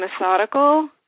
methodical